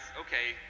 okay